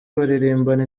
baririmbana